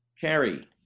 Carrie